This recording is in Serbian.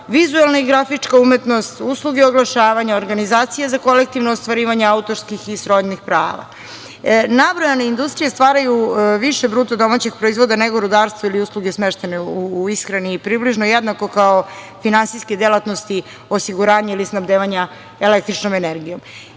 vizuelna i grafička umetnosti, usluge oglašavanja, organizacije za kolektivno ostvarivanje autorskih i srodnih prava. Nabrojane industrije stvaraju više BDP nego rudarstvo ili usluge smeštene u ishrani, približno jednako kao finansijske delatnosti osiguranje ili snabdevanja električnom energijom. Sada